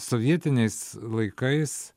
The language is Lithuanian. sovietiniais laikais